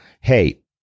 Hey